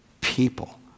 People